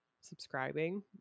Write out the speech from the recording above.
subscribing